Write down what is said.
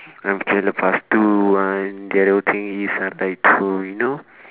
ah K lepas tu and the other thing is uh I like to you know